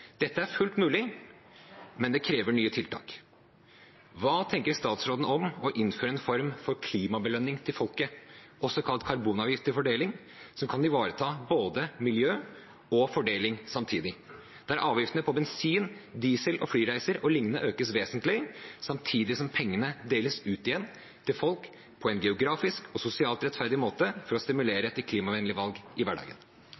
Dette er fullt mulig, men det krever nye tiltak. Hva tenker statsråden om å innføre en form for klimabelønning til folket, også kalt karbonavgift til fordeling, som kan ivareta både miljø og fordeling samtidig, der avgiftene på bensin, diesel, flyreiser o.l. økes vesentlig, samtidig som pengene deles ut igjen til folk på en geografisk og sosialt rettferdig måte, for å stimulere til klimavennlige valg i hverdagen?